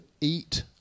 eat